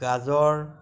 গাজৰ